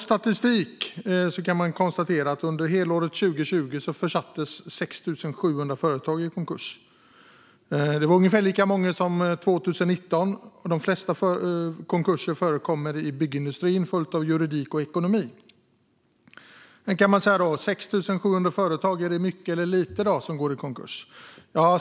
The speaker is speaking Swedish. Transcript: Statistiken visar att under helåret 2020 försattes 6 700 företag i konkurs, och det var ungefär lika många 2019. De flesta konkurser sker i byggindustrin och inom juridik och ekonomi. Sedan kan man undra om 6 700 företag som går i konkurs är mycket eller lite.